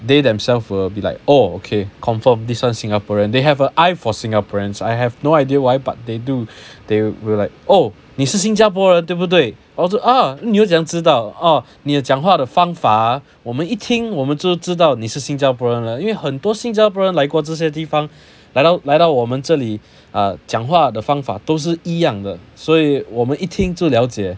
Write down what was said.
they themself or be like okay confirm this one singaporean they have an eye for singaporeans I have no idea why but they do they will like oh 你是新加坡人对不对 ah 你又怎样知道 orh 你的讲话的方法 ah 我们一听我们就只知道你是新加坡了因为很多新加坡人来过这些地方来到来到我们这里 uh 讲话的方法都是一样的所以我们一听就了解